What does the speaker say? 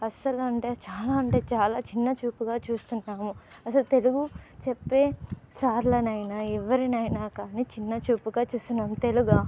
అస్సలుంటే చాలా అంటే చాలా చిన్న చూపుగా చూస్తున్నాము అసలు తెలుగు చెప్పే సార్లని అయినా ఎవరినైనా కానీ చిన్న చూపుగా చూస్తున్నాము తెలుగు